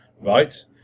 right